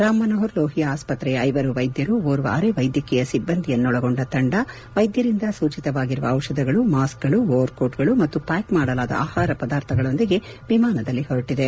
ರಾಮ್ ಮನೋಹರ್ ಲೋಹಿಯಾ ಆಸ್ಪತ್ರೆಯ ಐವರು ವೈದ್ಯರು ಓರ್ವ ಅರೆ ವೈದ್ಯಕೀಯ ಸಿಬ್ಬಂದಿಯನ್ನೊಳಗೊಂಡ ತಂಡ ವೈದ್ಯರಿಂದ ಸೂಚಿತವಾಗಿರುವ ಔಷಧಗಳು ಮಾಸ್ತ್ ಗಳು ಓವರ್ ಕೋಟ್ ಗಳು ಮತ್ತು ಪ್ಯಾಕ್ ಮಾಡಲಾದ ಆಹಾರ ಪದಾರ್ಥಗಳೊಂದಿಗೆ ವಿಮಾನದಲ್ಲಿ ಹೊರಟಿದೆ